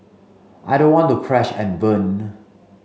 I don't want to crash and burn